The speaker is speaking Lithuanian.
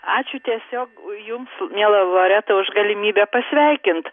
ačiū tiesiog jums miela loreta už galimybę pasveikint